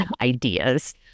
ideas